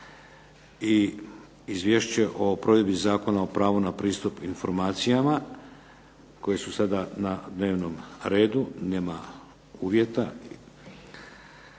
i Izvješće o provedbi Zakona o pravu na pristup informacijama koje su sada na dnevnom redu nema uvjeta